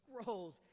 scrolls